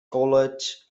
college